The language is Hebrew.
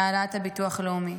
העלאת הביטוח הלאומי,